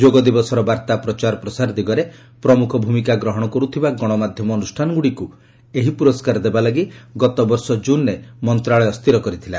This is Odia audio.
ଯୋଗ ଦିବସର ବାର୍ତ୍ତା ପ୍ରଚାର ପ୍ରସାର ଦିଗରେ ପ୍ରମୁଖ ଭୂମିକା ଗ୍ରହଣ କରୁଥିବା ଗଣମାଧ୍ୟମ ଅନୁଷ୍ଠାନଗୁଡ଼ିକୁ ଏହି ପୁରସ୍କାର ଦେବା ଲାଗି ଗତବର୍ଷ ଜୁନ୍ରେ ମନ୍ତ୍ରଣାଳୟ ସ୍ଥିର କରିଥିଲା